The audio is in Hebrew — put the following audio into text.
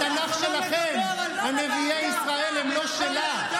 התנ"ך שלכם, נביאי ישראל הם לא שלנו.